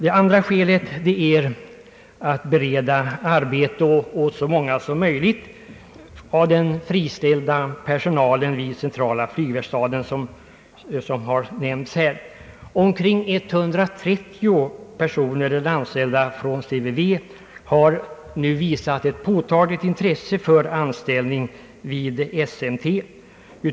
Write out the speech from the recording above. Ett annat skäl är strävan att bereda arbete åt så många som möjligt av den friställda personalen vid CVV. Omkring 130 personer, anställda vid CVV, har nu visat ett påtagligt intresse för anställning vid SMT.